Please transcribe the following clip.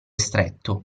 stretto